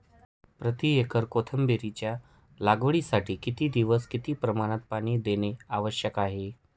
प्रति एकर कोथिंबिरीच्या लागवडीसाठी किती दिवस किती प्रमाणात पाणी देणे आवश्यक आहे?